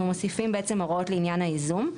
מוסיפים בעצם הוראות לעניין הייזום,